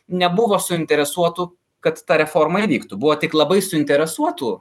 nebuvo suinteresuotų kad ta reforma įvyktų buvo tik labai suinteresuotų